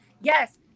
Yes